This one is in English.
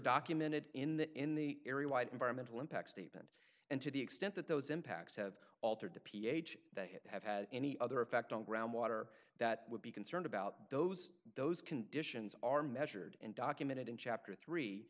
documented in the in the environmental impact statement and to the extent that those impacts have altered the ph that have had any other effect on groundwater that would be concerned about those those conditions are measured and documented in chapter three